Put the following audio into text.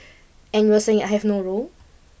and you are saying I have no role